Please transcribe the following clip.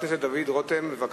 חבר הכנסת דוד רותם, בבקשה,